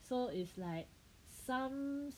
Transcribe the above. so is like some